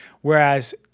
Whereas